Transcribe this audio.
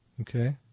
okay